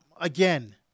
again